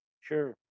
Sure